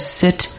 sit